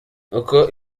uko